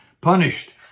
punished